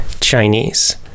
Chinese